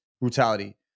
brutality